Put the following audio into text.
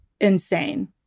insane